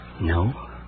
No